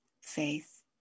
faith